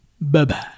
bye-bye